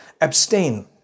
Abstain